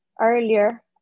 earlier